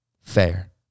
fair